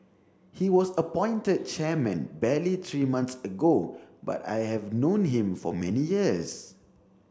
he was appointed chairman barely three months ago but I have known him for many years